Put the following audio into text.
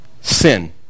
Sin